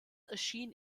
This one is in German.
erschien